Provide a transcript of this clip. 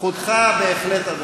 זכותך בהחלט.